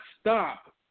stop